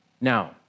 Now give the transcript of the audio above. Now